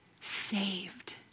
saved